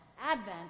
Advent